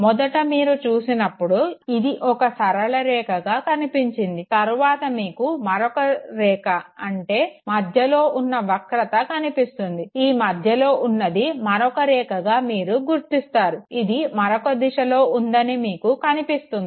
మొదట మీరు చూసినప్పుడు ఇది ఒక సరళ రేఖగా కనిపించింది తరువాత మీకు మరొక రేఖ అంటే మధ్యలో ఉన్న వక్రత కనిపిస్తుంది ఈ మధ్యలో ఉన్నది మరొక రేఖగా మీరు గుర్తిస్తారు ఇది మరొక దిశలో ఉందని మీకు కనిపిస్తుంది